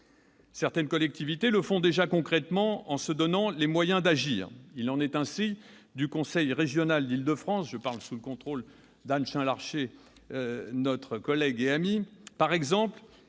Certaines collectivités le font déjà concrètement en se donnant les moyens d'agir. Il en est ainsi du conseil régional d'Île-de-France- je parle sous le contrôle de notre collègue et amie Anne